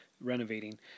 renovating